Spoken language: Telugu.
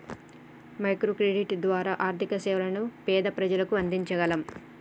మైక్రో క్రెడిట్ ద్వారా ఆర్థిక సేవలను పేద ప్రజలకు అందించగలం